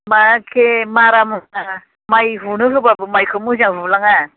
मा एके मारा मुरा माय बुनो होबाबो मायखौ मोजां बुलाङा